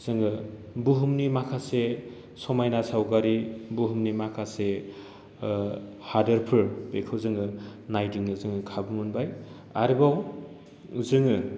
जोङो बुहुमनि माखासे समायना सावगारि बुहुमनि माखासे हादोरफोर बेखौ जोङो नायदिंनो जोङो खाबु मोनबाय आरोबाव जोङो